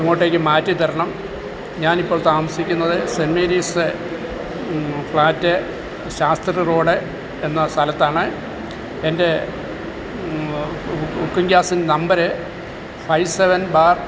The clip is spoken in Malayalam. അങ്ങോട്ടേക്ക് മാറ്റിത്തരണം ഞാനിപ്പോൾ താമസിക്കുന്നത് Saint Mary's flat Shastri road എന്ന സ്ഥലത്താണ് എൻ്റെ കുക്കിംഗ് ഗ്യാസിന്റെ നമ്പര് ഫൈവ് സെവൻ ബാർ